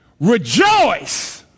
Rejoice